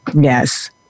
Yes